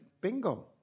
bingo